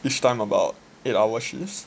each time about eight hours shift